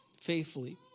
faithfully